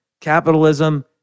capitalism